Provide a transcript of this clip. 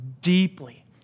deeply